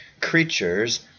creatures